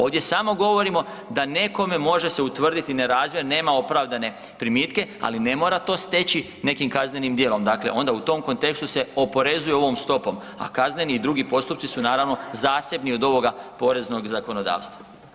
Ovdje samo govorimo da nekome može se utvrditi nerazmjer, nema opravdane primitke, ali ne mora to steći nekim kaznenim dijelom, dakle, onda u tom kontekstu se oporezuje ovom stopom, a kazneni i drugi postupci su, naravno, zasebni od ovoga poreznog zakonodavstva.